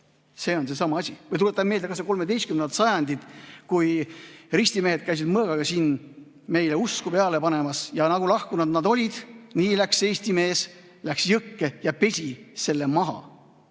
See on seesama asi. Tuletame meelde kas või 13. sajandit, kui ristimehed käisid mõõgaga meile usku peale surumas. Nii nagu nad lahkunud olid, nii läks eesti mees jõkke ja pesi selle maha.